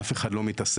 אף אחד לא מתעסק,